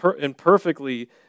imperfectly